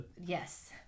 Yes